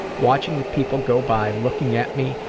watching the people go by looking at me,